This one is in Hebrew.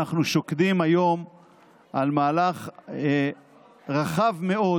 שאנחנו שוקדים היום על מהלך רחב מאוד